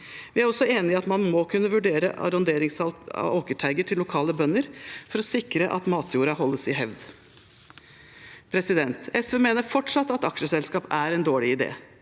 til aksjeselskap 4313 kunne vurdere arronderingssalg av åkerteiger til lokale bønder for å sikre at matjorden holdes i hevd. SV mener fortsatt at aksjeselskap er en dårlig idé,